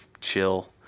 chill